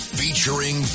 featuring